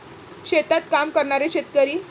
शेतात काम करणारे शेतकरी